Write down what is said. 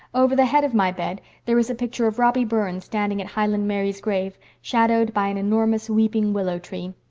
over the head of my bed there is a picture of robby burns standing at highland mary's grave, shadowed by an enormous weeping willow tree.